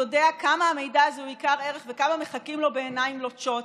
יודע כמה המידע הזה הוא יקר ערך וכמה מחכים לו בעיניים לוטשות.